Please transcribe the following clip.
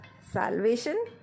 Salvation